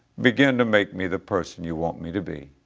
begin to make me the person you want me to be.